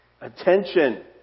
attention